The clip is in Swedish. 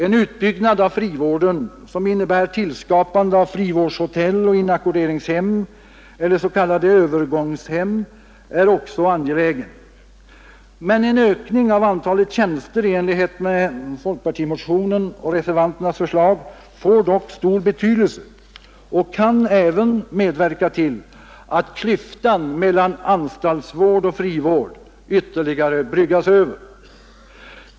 En utbyggnad av frivården, som innebär tillskapande av frivårdshotell och inackorderingshem eller s.k. övergångshem, är också angelägen. En ökning av antalet tjänster i enlighet med folkpartimotionen och reservanternas förslag får dock stor betydelse och kan även medverka till att klyftan mellan anstaltsvård och frivård ytterligare bryggas över.